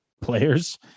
players